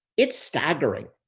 it's staggering.